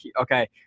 okay